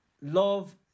love